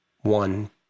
one